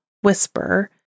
whisper